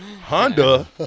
Honda